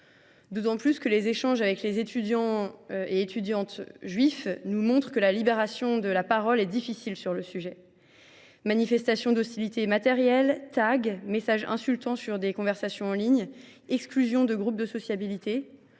Par ailleurs, les échanges avec les étudiants juifs montrent que la libération de la parole est difficile sur le sujet. Manifestations d’hostilité matérielles, tags, messages insultants sur des conversations en ligne, exclusions de groupes de sociabilité